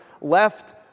left